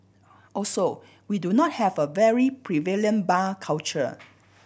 also we do not have a very prevalent bar culture